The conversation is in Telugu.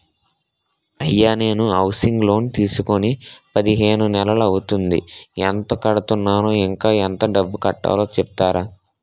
అయ్యా నేను హౌసింగ్ లోన్ తీసుకొని పదిహేను నెలలు అవుతోందిఎంత కడుతున్నాను, ఇంకా ఎంత డబ్బు కట్టలో చెప్తారా?